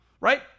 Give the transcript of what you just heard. right